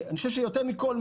יותר מכול,